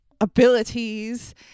abilities